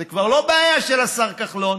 זה כבר לא בעיה של השר כחלון,